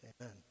amen